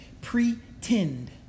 Pretend